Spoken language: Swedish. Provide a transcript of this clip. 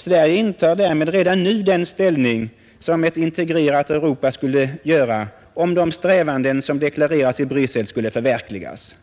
Sverige intar därmed redan nu den ställning som ett integrerat Europa skulle göra, om de strävanden som deklarerats i Bryssel skulle förverkligas.